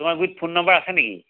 তোমাৰ গুৰিত phone number আছে নেকি